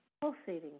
pulsating